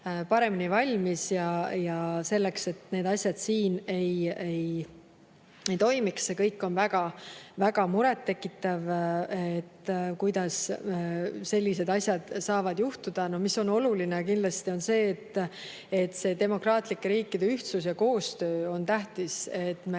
paremini valmis, selleks et need asjad siin ei toimuks. See kõik on väga muret tekitav, kuidas sellised asjad saavad juhtuda. Oluline on kindlasti see, et demokraatlike riikide ühtsus ja koostöö on tähtis, et me